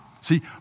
See